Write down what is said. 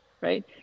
right